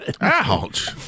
Ouch